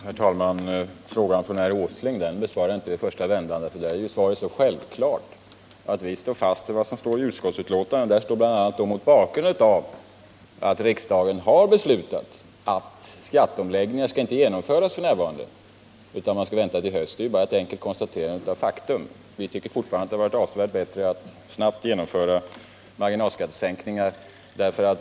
Herr talman! Frågan från herr Åsling besvarade jag inte i första vändan därför att svaret är så självklart. Vi står ju fast vid vad som står i utskottsbetänkandet. Och där sägs bl.a. att skatteomläggningar inte skall genomföras f. n. utan att vi skall vänta till i höst. Det är bara ett enkelt konstaterande av faktum. Men vi tycker fortfarande att det hade varit avsevärt bättre att snabbt genomföra en marginalskattesänkning.